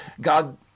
God